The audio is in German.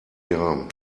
jahren